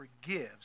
forgives